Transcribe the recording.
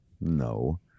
No